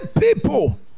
people